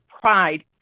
pride